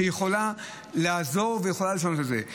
שיכולה לעזור ויכולה לשנות את זה.